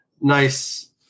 nice